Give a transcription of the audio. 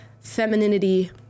femininity